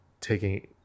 taking